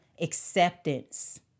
acceptance